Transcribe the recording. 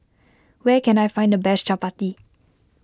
where can I find the best Chappati